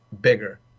bigger